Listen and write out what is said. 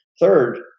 Third